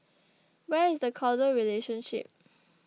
where is the causal relationship